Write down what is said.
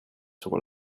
sur